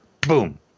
Boom